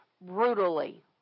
brutally